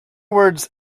words